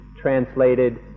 translated